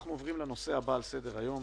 תודה לכולם,